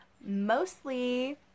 mostly